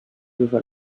leva